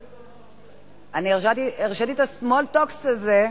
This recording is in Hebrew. סוציאלי, אני הרשיתי את ה-small talk הזה,